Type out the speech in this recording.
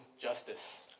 justice